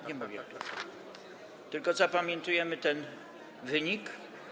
Nie mówię która, tylko zapamiętujemy ten wynik.